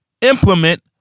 implement